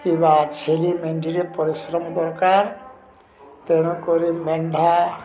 କିମ୍ବା ଛେଳି ମେଣ୍ଡିରେ ପରିଶ୍ରମ ଦରକାର ତେଣୁ କରି ମେଣ୍ଢା